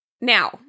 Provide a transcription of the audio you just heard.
Now